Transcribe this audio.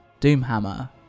Doomhammer